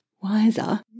wiser